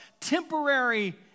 temporary